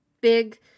Big